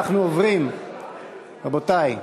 רבותי,